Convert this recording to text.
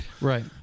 Right